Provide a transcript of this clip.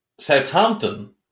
Southampton